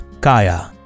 Kaya